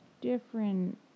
different